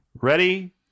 Ready